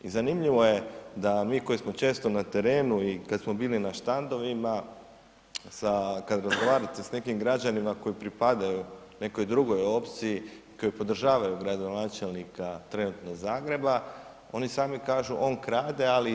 I zanimljivo je da mi koji smo često na terenu i kad smo bili na štandovima sa, kad razgovarate s nekim građanima koji pripadaju nekoj drugoj opciji koje podržavaju gradonačelnika trenutno Zagreba, oni sami kažu on krade, ali i daje.